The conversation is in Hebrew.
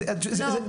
לא,